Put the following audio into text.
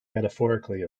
metaphorically